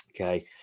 Okay